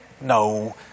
No